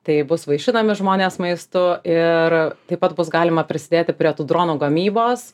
taip bus vaišinami žmonės maistu ir taip pat bus galima prisidėti prie tų dronų gamybos